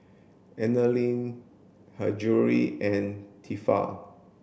Anlene Her Jewellery and Tefal